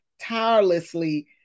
tirelessly